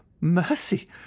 mercy